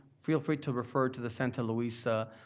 feel free to refer to the santa luisa